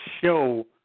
show